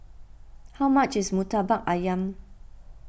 how much is Murtabak Ayam